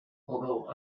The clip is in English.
although